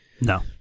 No